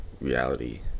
reality